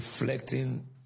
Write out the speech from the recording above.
reflecting